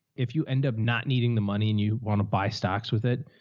if you end up not needing the money and you want to buy stocks with it,